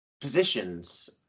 positions